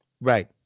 Right